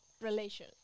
relation